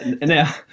Now